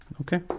Okay